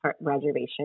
reservation